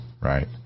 right